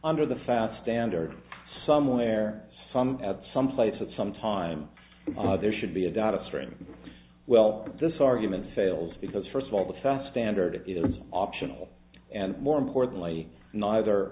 under the fat standard somewhere some at some place at some time there should be a data stream well this argument fails because first of all the theft standard is optional and more importantly neither